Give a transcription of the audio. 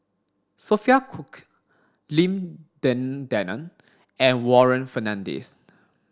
Sophia Cooke Lim Denan Denon and Warren Fernandez